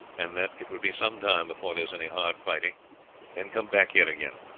and that it will be some time before there is any hard fighting then come back here again.